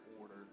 order